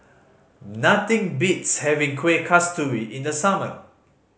nothing beats having Kuih Kasturi in the summer